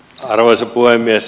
arvoisa puhemies